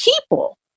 people